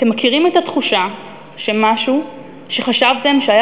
אתם מכירים את התחושה שמשהו שחשבתם שהיה